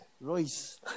Royce